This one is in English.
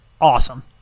awesome